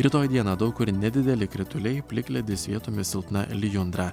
rytoj dieną daug kur nedideli krituliai plikledis vietomis silpna lijundra